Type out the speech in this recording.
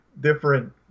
different